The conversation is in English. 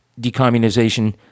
decommunization